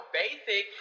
basic